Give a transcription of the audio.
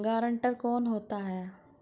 Guarantor कौन होता है?